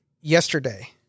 yesterday